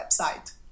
website